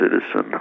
citizen